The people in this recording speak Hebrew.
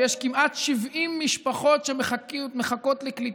ויש כמעט 70 משפחות שמחכות לקליטה.